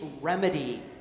remedy